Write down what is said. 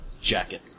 jacket